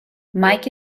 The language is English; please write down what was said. mike